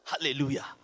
Hallelujah